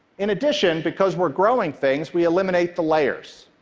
in addition, because we're growing things, we eliminate the layers,